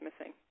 missing